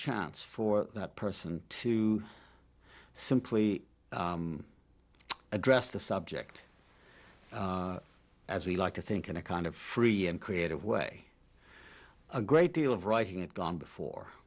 chance for that person to simply address the subject as we like to think in a kind of free and creative way a great deal of writing and gone before